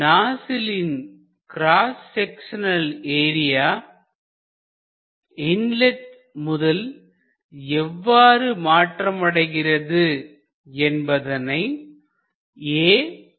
நாசிலின் cross sectional area inlet முதல் எவ்வாறு மாற்றமடைகிறது என்பதனை இவ்வாறு கொடுத்துள்ளனர்